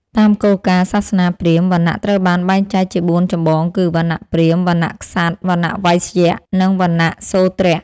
តាមគោលការណ៍សាសនាព្រាហ្មណ៍ វណ្ណៈត្រូវបានបែងចែកជាបួនចម្បងគឺ វណ្ណៈព្រាហ្មណ៍ វណ្ណៈក្សត្រ វណ្ណៈវៃស្យ និងវណ្ណៈសូទ្រ ។